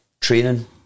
training